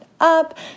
up